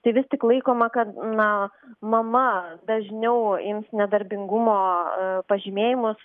tai vis tik laikoma kad na mama dažniau ims nedarbingumo pažymėjimus